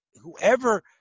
whoever